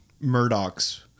Murdoch's